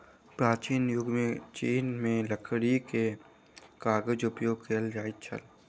प्राचीन युग में चीन में लकड़ी के कागज उपयोग कएल जाइत छल